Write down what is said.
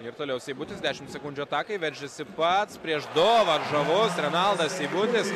ir toliau seibutis dešimt sekundžių atakai veržiasi pats prieš du varžovus renaldas seibutis